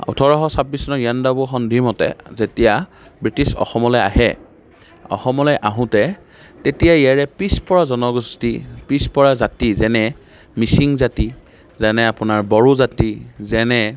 Christian খ্ৰীষ্টান জাতিটো বৰ অস পৃথিৱীৰ সকলোতকৈ এটা আগ্ৰসী জাতি বৰ পৰাক্ৰমী জাতি বা পৰাক্ৰমী ধৰ্ম যেতিয়াই ব্ৰিটিছ ভাৰতলৈ আহিছিল ওঠৰশ ছাবিশ চনৰ ইয়াণ্ডাবু সন্ধি মতে যেতিয়া ব্ৰিটিছ অসমলৈ আহে অসমলৈ আহোঁতে তেতিয়া ইয়াৰে পিছপৰা জনগোষ্ঠী পিছপৰা জাতি যেনে মিছিং জাতি যেনে আপোনাৰ বড়ো জাতি যেনে